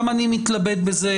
גם אני מתלבט על זה,